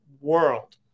world